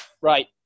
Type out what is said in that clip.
right